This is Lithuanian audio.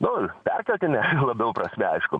nu perkeltine labiau prasme aišku